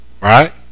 right